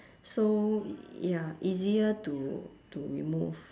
so ya easier to to remove